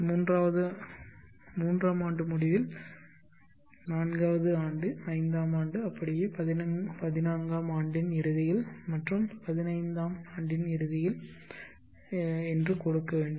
மூன்றாம் ஆண்டு முடிவில் நான்காவது ஆண்டு ஐந்தாம் ஆண்டுஅப்படியே பதினான்காம் ஆண்டின் இறுதியில் மற்றும் பதினைந்தாம் ஆண்டின் இறுதியில் என்று கொடுக்க வேண்டும்